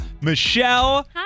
michelle